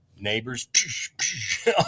neighbors